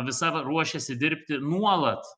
visa ruošėsi dirbti nuolat